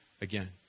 again